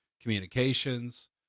communications